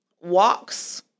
walks